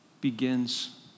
begins